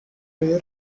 prayer